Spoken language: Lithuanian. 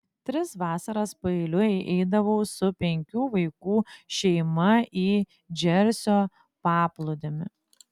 tris vasaras paeiliui eidavau su penkių vaikų šeima į džersio paplūdimį